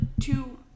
two